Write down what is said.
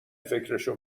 فکرشو